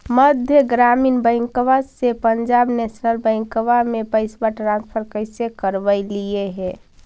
मध्य ग्रामीण बैंकवा से पंजाब नेशनल बैंकवा मे पैसवा ट्रांसफर कैसे करवैलीऐ हे?